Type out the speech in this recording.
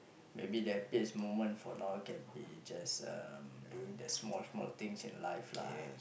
maybe the happiest moment for now can be just um doing the small small things in life lah